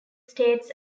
states